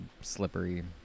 slippery